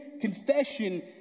confession